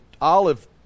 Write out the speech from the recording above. olive